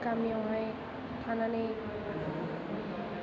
गामियावहाय थानानै